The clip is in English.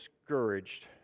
discouraged